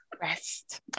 Rest